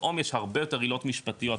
פתאום יש הרבה יותר עילות משפטיות,